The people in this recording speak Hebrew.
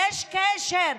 מה הקשר?